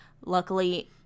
Luckily